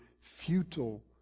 futile